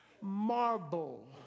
marble